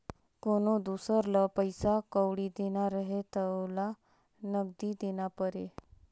कोनो दुसर ल पइसा कउड़ी देना रहें त ओला नगदी देना परे